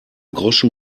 groschen